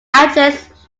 actress